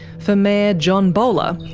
for mayor john bowler,